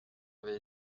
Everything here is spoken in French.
avait